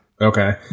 Okay